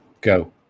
Go